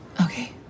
Okay